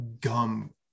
gum